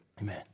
amen